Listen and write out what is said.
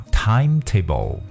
timetable，